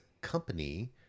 company